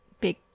big